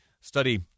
Study